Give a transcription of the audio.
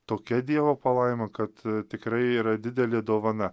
tokia dievo palaima kad tikrai yra didelė dovana